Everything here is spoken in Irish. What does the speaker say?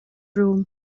romham